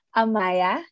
amaya